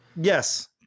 Yes